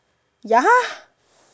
ya